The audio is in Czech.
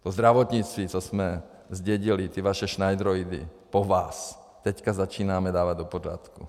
O zdravotnictví, co jsme zdědili ty vaše šnajdroidy po vás, teďka začínáme dávat do pořádku.